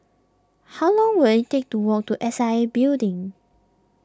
how long will it take to walk to S I A Building